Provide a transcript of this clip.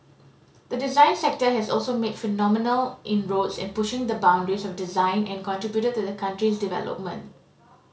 the design sector has also made phenomenal inroads in pushing the boundaries of design and contributed to the country's development